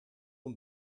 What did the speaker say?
een